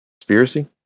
Conspiracy